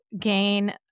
gain